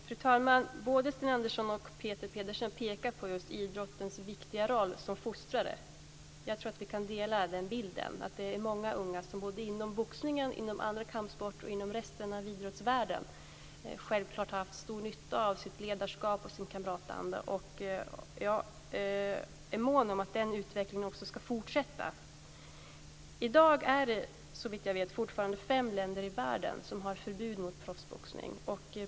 Fru talman! Både Sten Andersson och Peter Pedersen pekar på just idrottens viktiga roll som fostrare. Jag tror att vi kan dela den uppfattningen. Det är många unga som både inom boxningen, inom andra kampsporter och inom resten av idrottsvärlden självklart har haft stor nytta av sitt ledarskap och sin kamratanda. Jag är mån om att den utvecklingen också ska fortsätta. I dag är det, såvitt jag vet, fortfarande fem länder i världen som har förbud mot proffsboxning.